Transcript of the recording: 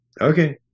Okay